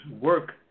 work